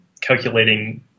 calculating